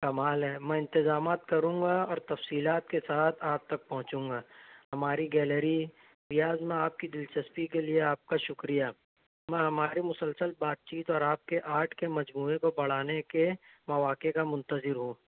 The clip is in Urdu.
کمال ہے میں انتظامات کروں گا اور تفصیلات کے ساتھ آپ تک پہنچوں گا ہماری گیلری ریاض میں آپ کی دلچسپی کے لیے آپ کا شکریہ میں ہمارے مسلسل بات چیت اور آپ کے آرٹ کے مجموعے کو بڑھانے کے مواقع کا منتظر ہوں